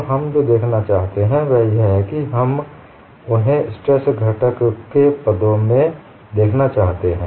अब हम जो देखना चाहते हैं वह यह है हम उन्हें स्ट्रेस घटकों के पदों में देखना चाहते हैं